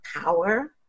power